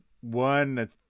one